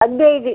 Advaith